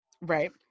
Right